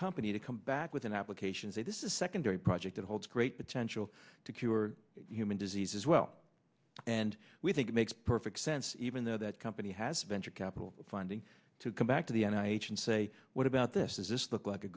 company to come back with an application say this is secondary project that holds great potential to cure human disease as well and we think it makes perfect sense even though that company has venture capital funding to come back to the n h and say what about this is this look like a